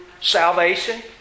salvation